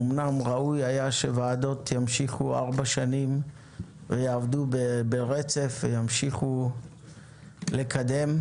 אמנם ראוי היה שוועדות ימשיכו ארבע שנים ויעבדו ברצף וימשיכו לקדם,